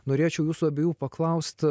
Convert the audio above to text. norėčiau jūsų abiejų paklaust